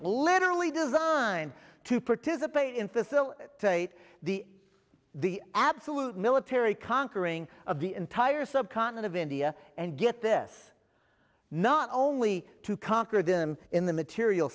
literally designed to partizan paid in facilitate the the absolute military conquering of the entire subcontinent of india and get this not only to conquer them in the material